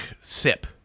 sip